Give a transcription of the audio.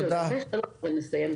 יש עוד שאלות אבל אסיים כאן.